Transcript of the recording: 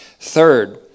Third